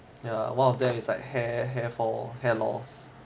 yeah one of them is like hair hair fall hair loss